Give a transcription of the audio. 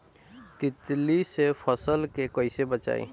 तितली से फसल के कइसे बचाई?